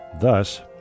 Thus